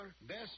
Best